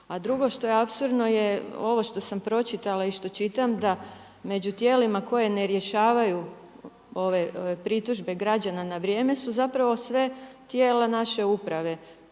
A drugo što je apsurdno je ovo što sam pročitala i što čitam da među tijelima koje ne rješavaju ove pritužbe građana na vrijeme su zapravo sve tijela naše uprave